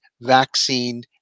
vaccine